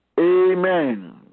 Amen